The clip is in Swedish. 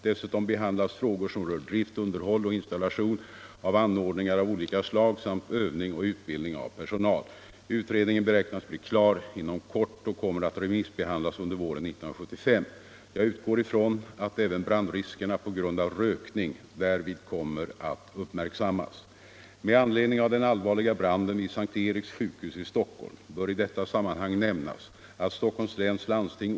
Dessutom behandlas frågor som rör drift, underhåll och installation av anordningar av olika slag samt övning och utbildning av personal. Utredningen beräknas bli klar inom kort och kommer att remissbehandlas under våren 1975.